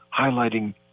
highlighting